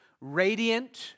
Radiant